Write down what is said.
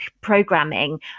programming